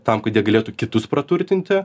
tam kad jie galėtų kitus praturtinti